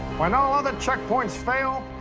when all other checkpoints fail,